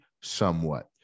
somewhat